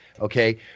okay